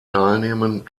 teilnehmen